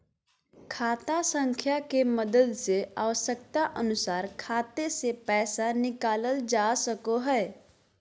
खाता संख्या के मदद से आवश्यकता अनुसार खाते से पैसा निकालल जा सको हय